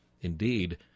Indeed